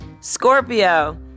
Scorpio